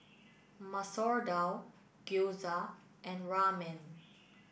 Masoor Dal Gyoza and Ramen